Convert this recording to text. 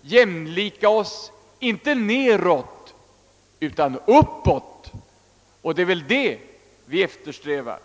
jämlika oss, inte neråt, utan uppåt, och det är väl vad vi eftersträvar.